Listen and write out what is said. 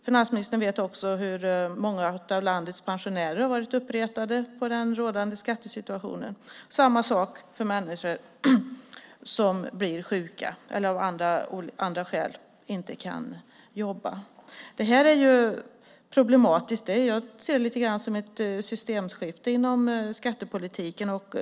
Finansministern vet också hur många av landets pensionärer har varit uppretade av den rådande skattesituationen. Samma sak är det för människor som blir sjuka eller av andra skäl inte kan jobba. Det här är problematiskt. Jag ser det lite grann som ett systemskifte inom skattepolitiken.